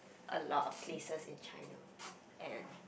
a lot of places in China and